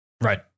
Right